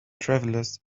travelers